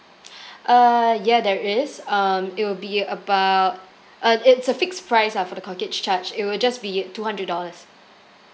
uh yeah there is um it will be about uh it's a fixed price lah for the corkage charge it will just be two hundred dollars